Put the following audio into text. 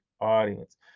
audience